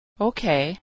Okay